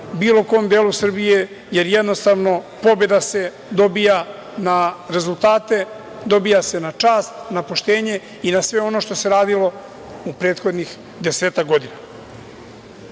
bilo kom delu Srbije, jer jednostavno pobeda se dobija na rezultate, dobija se na čast, na poštenje i na sve ono što se radilo u prethodnih desetak godina. Gde